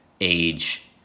age